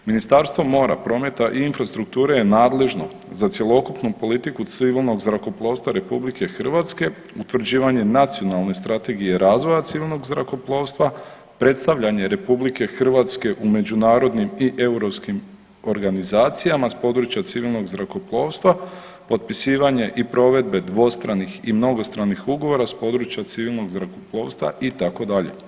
Ministarstvo mora, prometa i infrastrukture je nadležno za cjelokupnu politiku civilnog zrakoplovstva RH, utvrđivanje nacionalne strategije razvoja civilnog zrakoplovstva, predstavljanje RH u međunarodnim i europskim organizacijama s područja civilnog zrakoplovstva, potpisivanje i provedbe dvostranih i mnogostranih ugovora s područja civilnog zrakoplovstva itd.